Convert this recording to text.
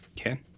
Okay